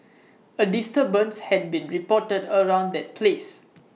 A disturbance had been reported around that place